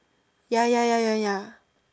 ya ya ya ya ya